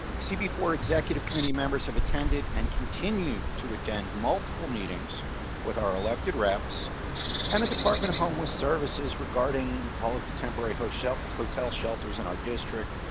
see, before executive committee members have attended and continue to attend multiple meetings with our elected reps and the department homeless services regarding all of the temporary hotel hotel shelters in our district,